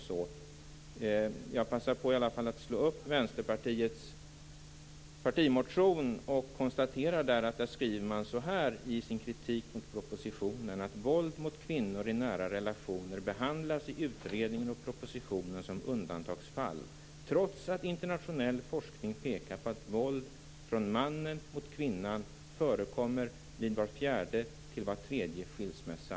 Jag har slagit upp Vänsterpartiets partimotion och där skriver man så här i sin kritik mot propositionen: Våld mot kvinnor i nära relationer behandlas i utredningen och propositionen som undantagsfall, trots att internationell forskning pekar på att våld från mannen mot kvinnan förekommer i var fjärde till var tredje skilsmässa.